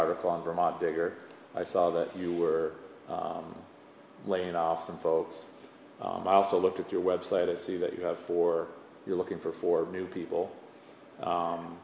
article on vermont digger i saw that you were laying off some folks i also looked at your website and see that you have four you're looking for four new people